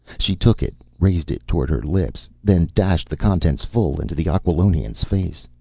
she took it, raised it toward her lips then dashed the contents full into the aquilonian's face.